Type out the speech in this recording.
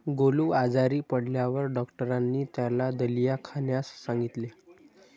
गोलू आजारी पडल्यावर डॉक्टरांनी त्याला दलिया खाण्यास सांगितले